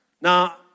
Now